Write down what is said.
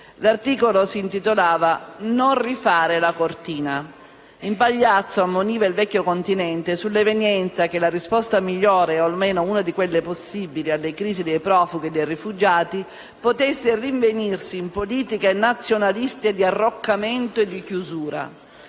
L'articolo si intitolava «Non rifare la cortina». Impagliazzo ammoniva il Vecchio continente sull'evenienza che la risposta migliore, o almeno una di quelle possibili, alla crisi dei profughi e dei rifugiati potesse rinvenirsi in politiche nazionaliste di arroccamento e di chiusura.